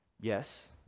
Yes